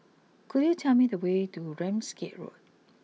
could you tell me the way to Ramsgate Road